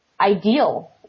ideal